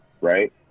Right